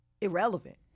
irrelevant